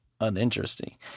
uninteresting